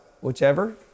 whichever